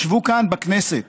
ישבו כאן בכנסת